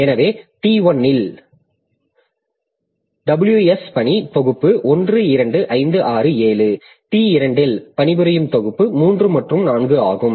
எனவே t 1 இல் WS பணி தொகுப்பு 1 2 5 6 7 t 2 இல் பணிபுரியும் தொகுப்பு 3 மற்றும் 4 ஆகும்